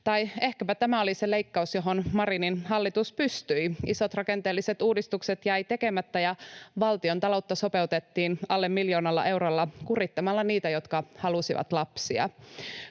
Tai ehkäpä tämä oli se leikkaus, johon Marinin hallitus pystyi. Isot, rakenteelliset uudistukset jäivät tekemättä, ja valtiontaloutta sopeutettiin alle miljoonalla eurolla kurittamalla niitä, jotka halusivat lapsia.